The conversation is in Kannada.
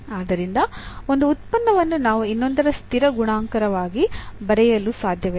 ಆದ್ದರಿಂದ ಒಂದು ಉತ್ಪನ್ನವನ್ನು ನಾವು ಇನ್ನೊಂದರ ಸ್ಥಿರ ಗುಣಾಕಾರವಾಗಿ ಬರೆಯಲು ಸಾಧ್ಯವಿಲ್ಲ